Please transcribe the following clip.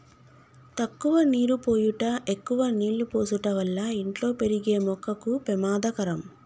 తక్కువ నీరు పోయుట ఎక్కువ నీళ్ళు పోసుట వల్ల ఇంట్లో పెరిగే మొక్కకు పెమాదకరం